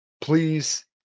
Please